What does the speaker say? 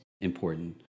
important